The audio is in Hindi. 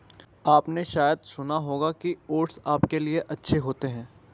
आपने शायद सुना होगा कि ओट्स आपके लिए अच्छे होते हैं